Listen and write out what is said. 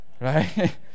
Right